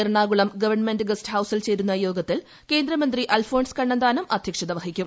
Ernakulam government guest ഹൌസിൽ ചേരുന്ന യോഗത്തിൽ കേന്ദ്ര മന്ത്രി അൽഫോൺസ് കണ്ണന്താനം അധ്യക്ഷത വഹിക്കും